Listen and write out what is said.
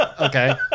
Okay